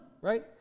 right